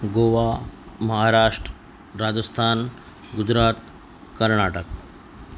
Goa Maharashtra Rajasthan Gujarat Karnataka